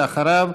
ואחריו,